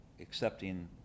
accepting